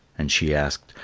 and she asked,